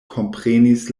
komprenis